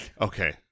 okay